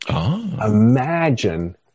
Imagine